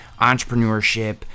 entrepreneurship